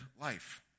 life